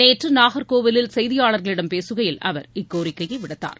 நேற்றுநாகர்கோவிலில் செய்தியாளர்களிடம் பேசுகையில் அவர் இக்கோரிக்கையைவிடுத்தார்